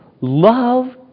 love